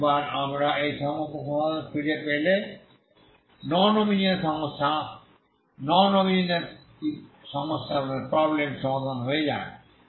একবার আমরা এই সমস্যার সমাধান খুঁজে পেলে নন হোমোজেনিয়াস সমস্যা সমাধান হয়ে যায়